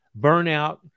burnout